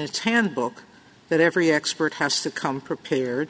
its handbook that every expert has to come prepared